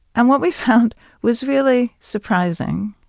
and what we found was really surprising